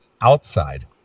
outside